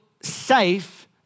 safe